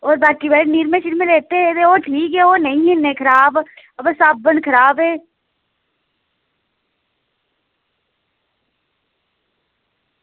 ते बाकी भाई निरमा लैता हा ते ओह् ठीक ऐ ओह् निं हैन खराब बाऽ साबन खराब ऐ